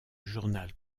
journal